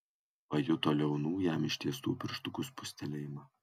pajuto liaunų jam ištiestų pirštukų spustelėjimą